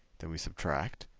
then we subtract.